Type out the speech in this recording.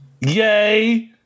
Yay